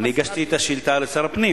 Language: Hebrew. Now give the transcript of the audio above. אני הגשתי את השאילתא לשר הפנים,